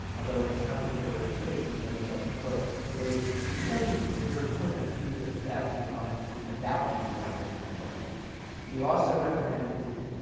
although in a snub to literary critics, he noted that, there would be no need to preserve more than a few of the thousands of volumes written about these writers and their works he also recommended,